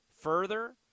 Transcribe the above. further